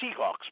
Seahawks